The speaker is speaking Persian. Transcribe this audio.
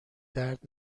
درد